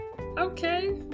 okay